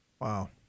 Wow